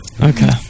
okay